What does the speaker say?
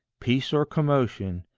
peace or commotion,